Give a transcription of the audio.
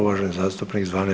uvaženi zastupnik Zvane